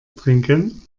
trinken